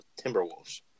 Timberwolves